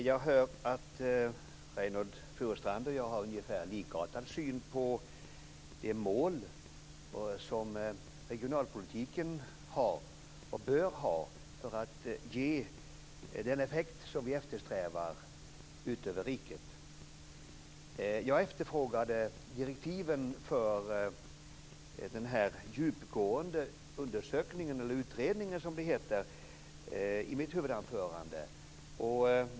Fru talman! Reynoldh Furustrand och jag har ungefär likartad syn på det mål som regionalpolitiken bör ha för att ge den effekt som vi eftersträvar. Jag efterfrågade direktiven för den djupgående utredningen i mitt huvudanförande.